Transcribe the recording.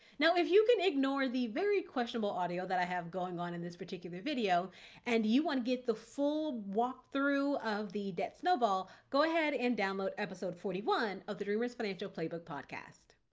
now, if you can ignore the very questionable audio that i have going on in this particular video and you want to get the full walkthrough of the debt snowball, go ahead and download episode forty one of the dreamers financial playbook podcast.